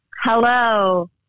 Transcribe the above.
Hello